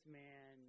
man